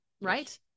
right